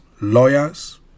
lawyers